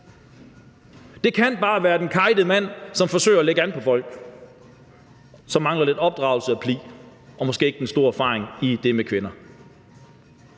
Det kan bare være den kejtede mand, som forsøger at lægge an på folk, og som mangler lidt opdragelse og pli og måske ikke har den store erfaring med det med kvinder.